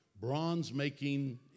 Bronze-making